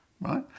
Right